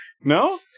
No